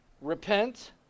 repent